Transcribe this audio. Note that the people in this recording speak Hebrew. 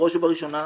בראש ובראשונה,